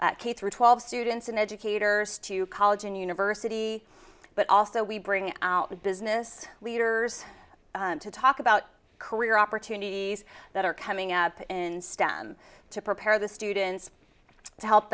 k through twelve students and educators to college and university but also we bring out business leaders to talk about career opportunities that are coming up in stem to prepare the students to help